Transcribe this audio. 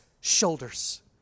shoulders